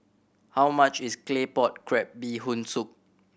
how much is Claypot Crab Bee Hoon Soup